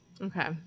Okay